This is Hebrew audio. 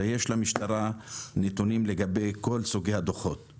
הרי יש למשטרה נתונים לגבי כל סוגי הדוחות,